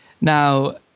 Now